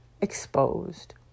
exposed